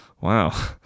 Wow